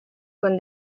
con